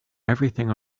everything